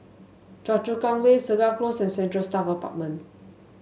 Choa Chu Kang Way Segar Close and Central Staff Apartment